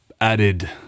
added